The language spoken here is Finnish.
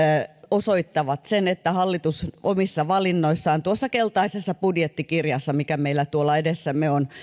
osoittavat sen että hallitus omissa valinnoissaan tuossa keltaisessa budjettikirjassa mikä meillä on edessämme